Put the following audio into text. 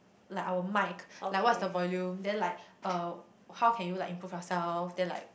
like our mic like what's the volume then like uh how can you like improve yourself then like